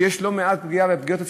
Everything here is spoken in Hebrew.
יש לא מעט פגיעות,